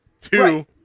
Two